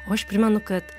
o aš primenu kad